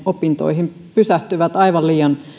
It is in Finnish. opintoihin pysähtyvät aivan liian